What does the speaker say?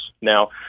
Now